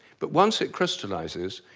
but once it crystallises,